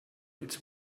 its